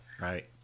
right